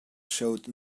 showed